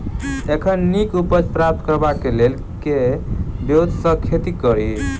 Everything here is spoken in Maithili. एखन नीक उपज प्राप्त करबाक लेल केँ ब्योंत सऽ खेती कड़ी?